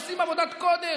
שעושים עבודת קודש,